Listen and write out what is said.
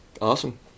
Awesome